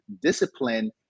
discipline